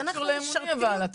זה לא קשור לאמונה אבל,